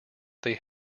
they